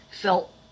felt